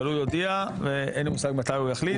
אבל הוא יודיע ואין לי מושג מתי הוא יחליט.